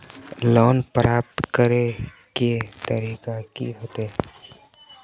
Loan प्राप्त करे के तरीका की होते?